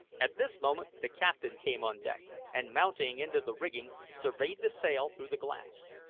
at this moment the captain came on deck, and mounting into the rigging, surveyed the sail through the glass.